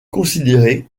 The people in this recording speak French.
considéré